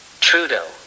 Trudeau